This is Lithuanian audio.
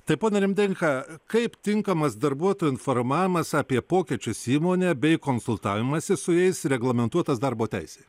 tai pone rimdeika kaip tinkamas darbuotojų informavimas apie pokyčius įmonę bei konsultavimąsi su jais reglamentuotas darbo teisėj